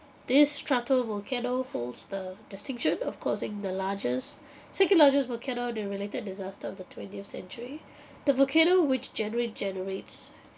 this stratovolcano holds the distinction of causing the largest single largest volcano the related disaster of the twentieth century the volcano which generally generates